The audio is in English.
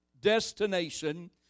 destination